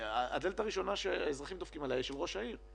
הדלת הראשונה שהאזרחים דופקים עליה היא אצל יושב-ראש העיר,